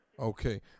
Okay